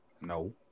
No